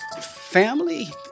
Family